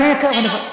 חינוך.